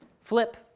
Flip